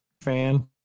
fan